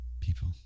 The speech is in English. People